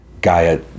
Gaia